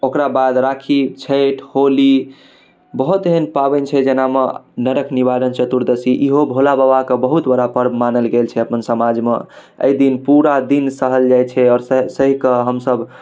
ओकराबाद राखी छठि होली बहुत एहन पाबनि छै जेनामे नरक निवारण चतुर्दशी इहो भोलाबाबाके बहुत बड़ा पर्व मानल गेल छै अपन समाजमे एहिदिन पूरा दिन सहल जाइ छै आओर सहिकऽ हमसभ